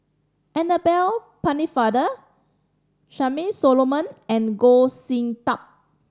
Annabel Pennefather Charmaine Solomon and Goh Sin Tub